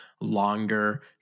longer